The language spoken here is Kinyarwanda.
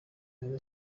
neza